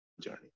journey